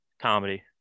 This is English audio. comedy